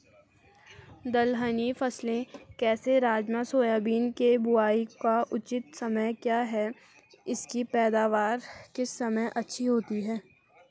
दलहनी फसलें जैसे राजमा सोयाबीन के बुआई का उचित समय क्या है इसकी पैदावार किस समय अच्छी होती है?